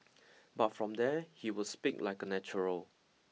but from there he would speak like a natural